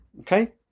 Okay